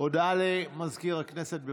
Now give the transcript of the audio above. הודעה למזכיר הכנסת.